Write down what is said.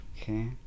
Okay